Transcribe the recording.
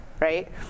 right